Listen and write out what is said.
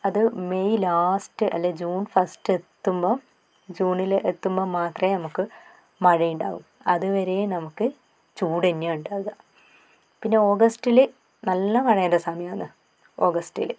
അത് May last അല്ലെങ്കിൽ June first എത്തുമ്പോൾ ജൂണില് എത്തുമ്പോൾ മാത്രമേ നമുക്ക് മഴയുണ്ടാവു അതു വരേം നമുക്ക് ചൂട് തന്നെയാണ് ഉണ്ടാവുക പിന്നെ ഓഗസ്റ്റില് നല്ല മഴേൻറ്റെ സമയാന്ന് ഓഗസ്റ്റില്